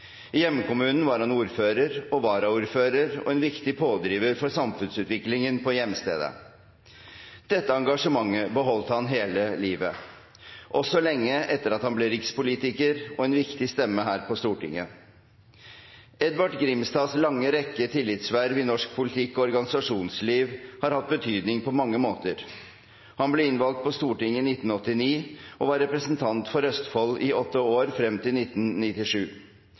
I hjemkommunen var han ordfører og varaordfører og en viktig pådriver for samfunnsutviklingen på hjemstedet. Dette engasjementet beholdt han hele livet, også lenge etter at han ble rikspolitiker og en viktig stemme her på Stortinget. Edvard Grimstads lange rekke av tillitsverv i norsk politikk og organisasjonsliv har hatt betydning på mange måter. Han ble innvalgt på Stortinget i 1989 og var representant for Østfold i åtte år, frem til 1997.